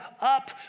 up